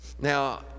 Now